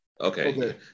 Okay